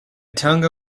tongue